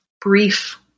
brief